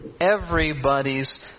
everybody's